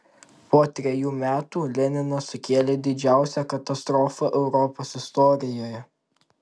po trejų metų leninas sukėlė didžiausią katastrofą europos istorijoje